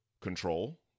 control